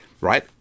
right